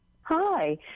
Hi